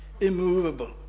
Immovable